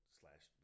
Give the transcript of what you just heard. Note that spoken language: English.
slash